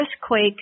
earthquake